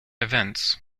events